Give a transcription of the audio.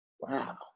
Wow